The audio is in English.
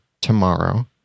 tomorrow